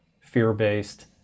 fear-based